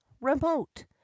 remote